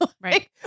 right